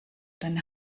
deine